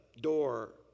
door